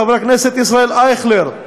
חבר הכנסת ישראל אייכלר,